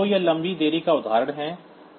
तो यह लंबी देरी का उदाहरण है